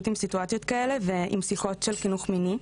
עם סיטואציות כאלה ועם שיחות של חינוך מיני.